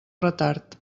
retard